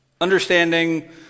Understanding